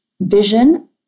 vision